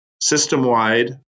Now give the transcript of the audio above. system-wide